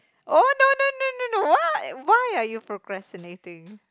oh no no no no why why are you procrastinating